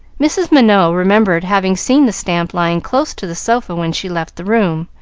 mrs. minot remembered having seen the stamp lying close to the sofa when she left the room,